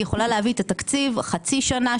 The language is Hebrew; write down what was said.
היא יכולה להביא את התקציב חצי שנה,